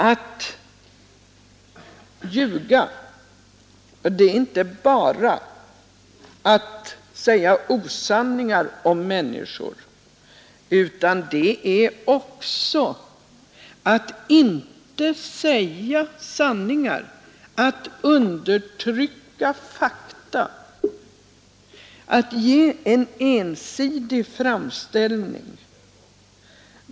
Att ljuga är inte bara att säga osanningar om människor utan också att inte säga sanningar, att undertrycka fakta och att ge en ensidig framställning.